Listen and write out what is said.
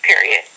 period